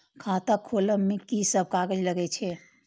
खाता खोलब में की सब कागज लगे छै?